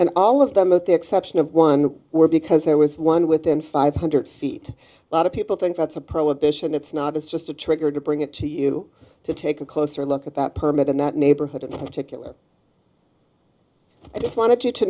and all of them of the exception of one were because there was one within five hundred feet a lot of people think that's a prohibition it's not it's just a trigger to bring it to you to take a closer look at that permit in that neighborhood a particular i just wanted you to